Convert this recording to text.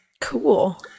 Cool